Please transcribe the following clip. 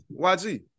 yg